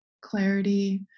clarity